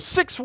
Six